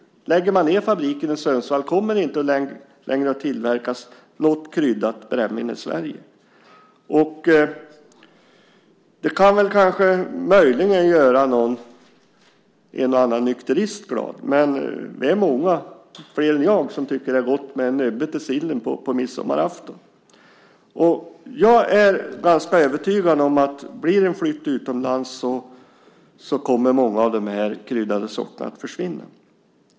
Om man lägger ned fabriken i Sundsvall kommer det inte längre att tillverkas något kryddat brännvin i Sverige. Det kan möjligen göra en och annan nykterist glad. Men det är fler än jag som tycker att det är gott med en nubbe till sillen på midsommarafton. Jag är ganska övertygad om att om det blir en flytt utomlands kommer många av dessa kryddade sorter att försvinna.